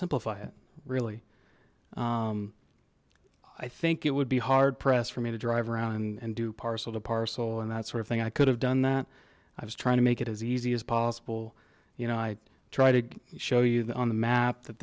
simplify it really i think it would be hard pressed for me to drive around and do parcel to parcel and that sort of thing i could have done that i was trying to make it as easy as possible you know i try to show you the on the map that